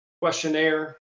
questionnaire